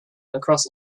across